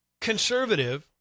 conservative